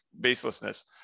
baselessness